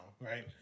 right